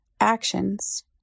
Actions